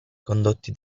condotti